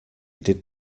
did